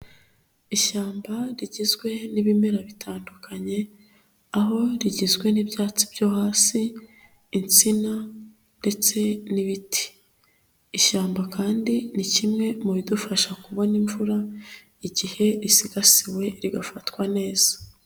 Ishyamba rigizwe n'ibimera bitandukanye, aho rigizwe n'ibyatsi byo hasi, insina ndetse n'ibiti. Ishyamba kandi ni kimwe mu bidufasha kubona imvura igihe risigasiwe rigafatwa neza.